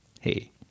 Hey